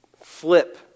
flip